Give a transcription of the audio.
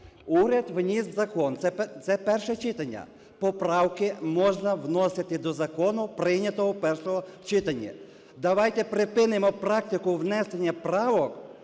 Уряд вніс закон, це перше читання, поправки можна вносити до закону, прийнятого в першому читанні. Давайте припинимо практику внесення правок